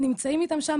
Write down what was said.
נמצאים שם,